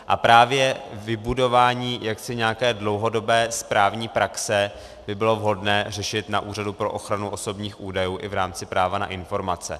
A právě vybudování nějaké dlouhodobé správní praxe by bylo vhodné řešit na Úřadu pro ochranu osobních údajů i v rámci práva na informace.